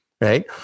right